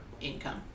income